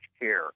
care